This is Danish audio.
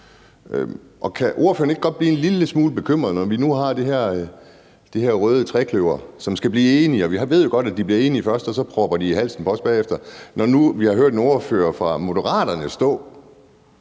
Kan ordføreren ikke godt blive en lille smule bekymret, når vi nu har det her røde trekløver, som skal blive enige – vi ved jo godt, at de bliver enige først, og så propper de det ned i halsen på os bagefter – og når nu vi har hørt en ordfører for Moderaterne stå